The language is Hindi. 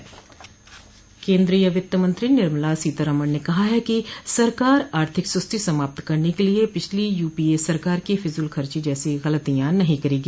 केन्द्रीय वित्त मंत्री निर्मला सीतारामन ने कहा है कि सरकार आर्थिक सुस्ती समाप्त करने के लिए पिछली यूपीए सरकार की फिजूलखर्ची जैसी गलतियां नहीं करेगी